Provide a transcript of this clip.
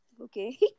okay